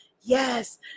yes